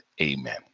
amen